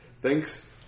Thanks